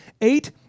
eight